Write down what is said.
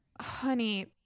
honey